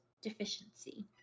deficiency